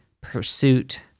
pursuit